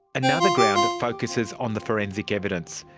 another ground focusses on the forensic evidence.